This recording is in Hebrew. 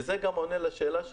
זה גם עונה לשאלה שלך,